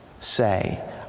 say